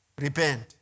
Repent